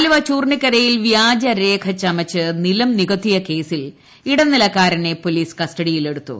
ആലുവ ചൂർണിക്കരയിൽ വ്യാജരേഖ ചമച്ച് നിലം നികത്തിയ കേസിൽ ഇടനിലക്കാരനെ പോലീസ് കസ്റ്റഡിയിൽ എടുത്തു